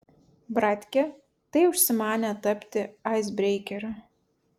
bratkė tai užsimanė tapti aisbreikeriu